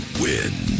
win